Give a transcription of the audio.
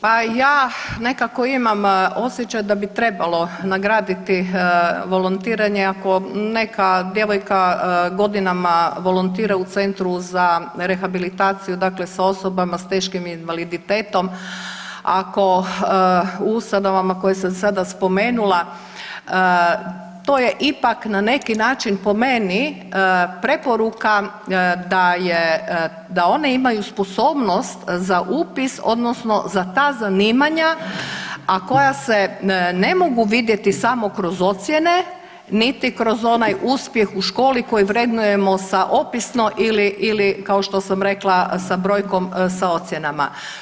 Pa ja nekako imam osjećaj da bi trebalo nagraditi volontiranje, ako neka djevojka godinama volontira u centru za rehabilitaciju dakle sa osobama sa teškim invaliditetom ako u ustanovama koje sam sada spomenula to je ipak na neki način po meni preporuka da je, da one imaju sposobnost za upis odnosno za ta zanimanja, a koja se ne mogu vidjeti samo kroz ocjene niti kroz onaj uspjeh u školi koji vrednujemo sa opisno ili kao što sam rekla sa brojkom sa ocjenama.